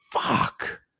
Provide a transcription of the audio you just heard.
Fuck